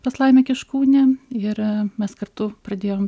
pas laimę kiškūnę ir mes kartu pradėjom